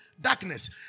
Darkness